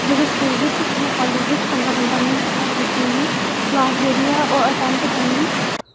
जेह्ड़े स्कूल बिच जां कालेज बिच पंदरा पंदरा मिनट हर बच्चे नू क्लास जेह्ड़ी ऐ ओह् एटैम्पट करनी